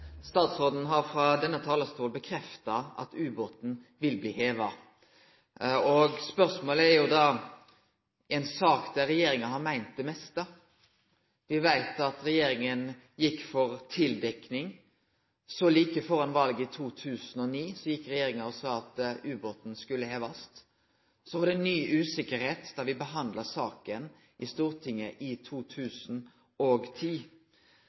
Statsråden har frå denne talarstolen bekrefta at ubåten vil bli heva. Dette er ei sak der regjeringa har meint det meste: Me veit at regjeringa gjekk for tildekking. Så like før valet i 2009 sa regjeringa at ubåten skulle hevast. Så var det ny usikkerheit da me behandla saka i Stortinget i